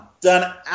done